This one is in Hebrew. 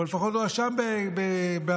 או לפחות הואשם בעבריינות.